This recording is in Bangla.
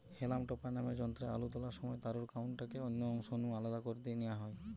হেলাম টপার নামের যন্ত্রে আলু তোলার সময় তারুর কান্ডটাকে অন্য অংশ নু আলদা করি নিয়া হয়